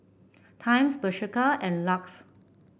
Times Bershka and Lux